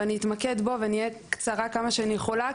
ואני אתמקד בו ואני אהיה קצרה כמה שאני יכולה,